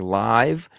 live